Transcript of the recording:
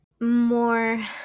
more